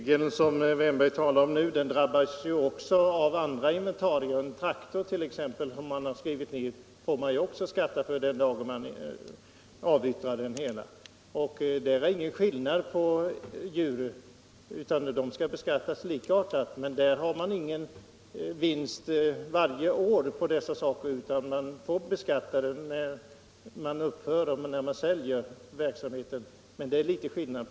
Herr talman! Den regel som herr Wärnberg nu talar om drabbar också andra inventarier, t.ex. en traktor som man skriver ner. Den får man också skatta för den dag man avyttrar rörelsen. Det är väl ingen skillnad om det gäller djur. De skall beskattas på samma sätt. Men på djur har man nu inflationsvinst varje år, som man får skatta för. Där är det en skillnad.